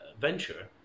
venture